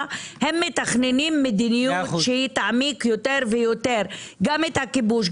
הם מתכננים מדיניות שתעמיק יותר ויותר גם את הכיבוש,